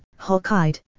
hokkaid